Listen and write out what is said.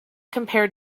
compare